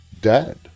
dead